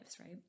right